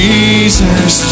Jesus